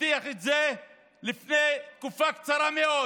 הבטיח לפני תקופה קצרה מאוד